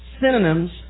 synonyms